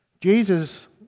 Jesus